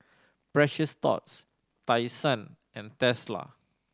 Precious Thots Tai Sun and Tesla